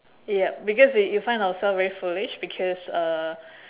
yup because we we find ourself very foolish because uh